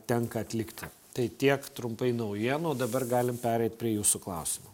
tenka atlikti tai tiek trumpai naujienų dabar galim pereit prie jūsų klausimų